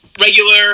regular